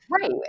Right